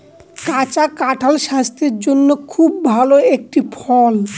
কাঁচা কাঁঠাল স্বাস্থের জন্যে খুব ভালো একটি ফল